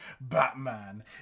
Batman